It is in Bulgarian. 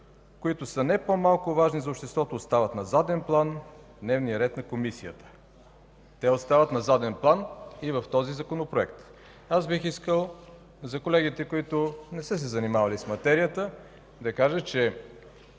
които са не по-малко важни за обществото, остават на заден план в дневния ред на Комисията. Те остават на заден план и в този законопроект. За колегите, които не са се занимавали с материята, бих искал да